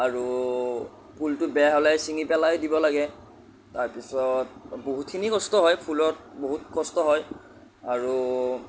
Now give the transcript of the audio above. আৰু ফুলটো বেয়া হ'লে ছিঙি পেলাই দিব লাগে তাৰপিছত বহুতখিনি কষ্ট হয় ফুলত বহুত কষ্ট হয় আৰু